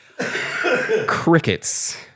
crickets